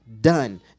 done